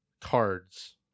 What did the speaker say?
cards